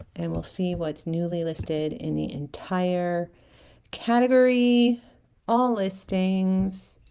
and we'll see what's newly listed in the entire category all listings